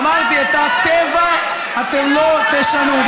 אמרתי: את הטבע אתם לא תשנו.